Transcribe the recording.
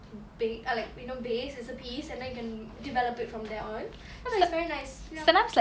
err you know like base as a piece and then can develop it from there on so that's very nice ya